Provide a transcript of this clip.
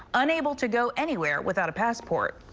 unable to go anywhere without a passport.